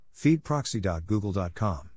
feedproxy.google.com